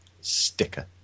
sticker